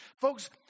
folks